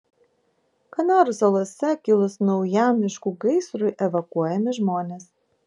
kanarų salose kilus naujam miškų gaisrui evakuojami žmonės